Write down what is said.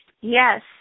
Yes